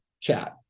chat